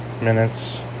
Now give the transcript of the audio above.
minutes